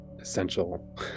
essential